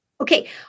okay